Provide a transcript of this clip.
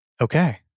okay